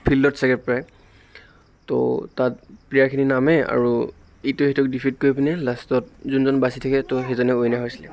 ফিল্ডত চাগে প্ৰায় ত' তাত প্লেয়াৰখিনি নামে আৰু ইটোৱে সিটোক ডিফিট কৰি পিনি লাষ্টত যোনজন বাচি থাকে ত' সেইজনেই উইনাৰ হৈছিলে